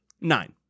Nine